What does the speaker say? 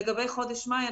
לגבי חודש מאי,